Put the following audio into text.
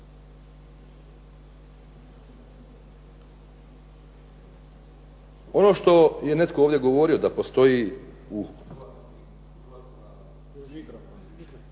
Ono što je netko ovdje govorio da postoji